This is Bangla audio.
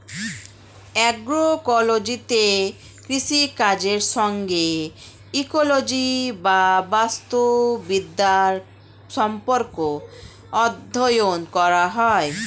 অ্যাগ্রোইকোলজিতে কৃষিকাজের সঙ্গে ইকোলজি বা বাস্তুবিদ্যার সম্পর্ক অধ্যয়ন করা হয়